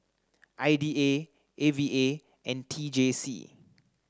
I D A A V A and T J C